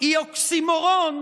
היא אוקסימורון,